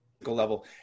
level